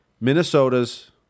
Minnesota's